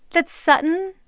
that sutton